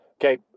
okay